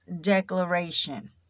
declaration